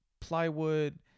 Plywood